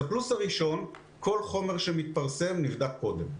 הפלוס הראשון, כל חומר שמתפרסם, נבדק קודם.